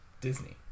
Disney